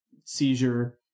seizure